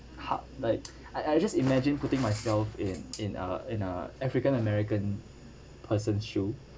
hard like I I just imagine putting myself in in uh in a african american person's shoe